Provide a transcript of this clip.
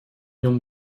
нем